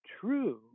true